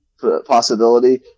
possibility